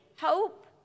Hope